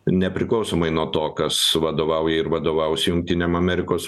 nepriklausomai nuo to kas vadovauja ir vadovaus jungtinėm amerikos